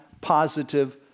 positive